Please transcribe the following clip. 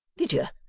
lydia,